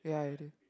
yeah I already